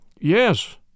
Yes